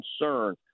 concern